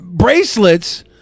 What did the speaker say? bracelets